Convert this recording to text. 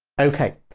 ok,